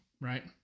Right